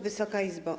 Wysoka Izbo!